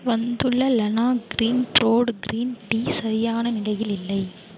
வந்துள்ள லனா கிரீன்டோர்ட் கிரீன் டீ சரியான நிலையில் இல்லை